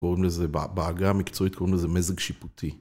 קוראים לזה, בעגה המקצועית קוראים לזה מזג שיפוטי.